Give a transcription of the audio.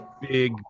big